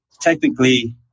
Technically